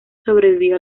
sobrevivió